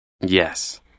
Yes